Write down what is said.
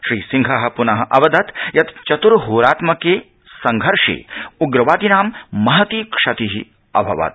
श्री सिंह अवदत् यत् चतुर्होरात्मके संघर्षे उग्रवादिना महती क्षति अभवत्